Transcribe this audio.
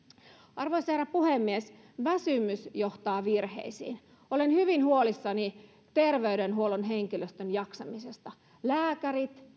arvoisa herra puhemies väsymys johtaa virheisiin olen hyvin huolissani terveydenhuollon henkilöstön jaksamisesta lääkärit